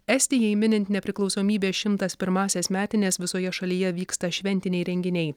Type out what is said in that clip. estijai minint nepriklausomybės šimtas pirmąsias metines visoje šalyje vyksta šventiniai renginiai